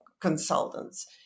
consultants